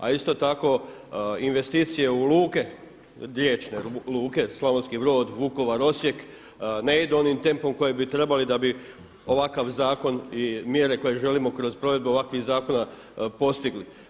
A isto tako investicije u luke, riječne luke, Slavonski Brod, Vukovar, Osijek, ne idu onim tempom kojim bi trebali da bi ovakav zakon i mjere koje želimo kroz provedbu ovakvih zakona postigli.